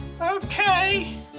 Okay